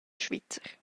svizzer